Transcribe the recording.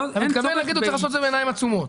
אתה מתכוון להגיד שהוא צריך לעשות את זה בעיניים עצומות,